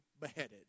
beheaded